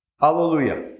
Hallelujah